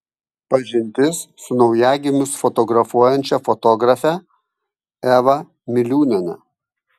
pažintis su naujagimius fotografuojančia fotografe eva miliūniene